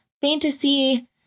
fantasy